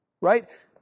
right